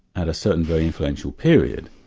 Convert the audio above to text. at a certain very influential period,